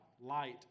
light